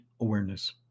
awareness